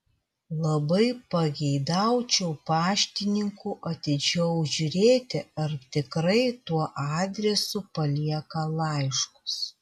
labai pageidaučiau paštininkų atidžiau žiūrėti ar tikrai tuo adresu palieka laiškus